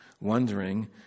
Wondering